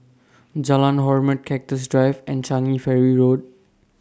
Jalan Hormat Cactus Drive and Changi Ferry Road